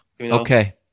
Okay